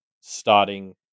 starting